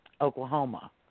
Oklahoma